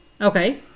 Okay